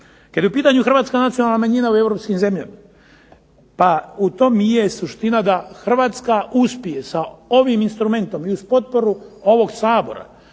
Kada je u pitanju Hrvatska nacionalna manjina u Europskim zemljama, pa to je suština da Hrvatska uspije sa ovim instrumentom i uz potporu ovog Sabora,